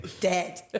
dead